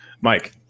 Mike